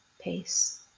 pace